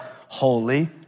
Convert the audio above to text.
Holy